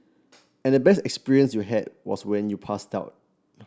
and the best experience you had was when you passed out